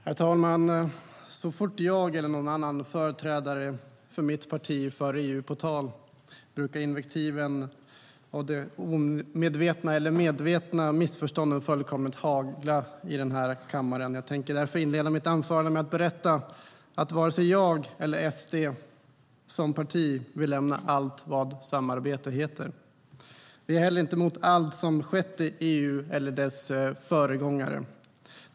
Herr talman! Så fort jag eller någon annan företrädare för mitt parti för EU på tal brukar invektiven och de omedvetna eller medvetna missförstånden fullkomligt hagla i kammaren. Jag tänker därför inleda mitt anförande med att berätta att varken jag eller SD som parti vill lämna allt vad samarbete heter. Vi är inte heller mot allt som har skett i EU eller dess föregångare.